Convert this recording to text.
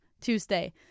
Tuesday